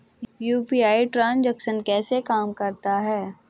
UPI transaction कैसे काम करता है?